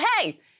hey